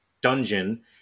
dungeon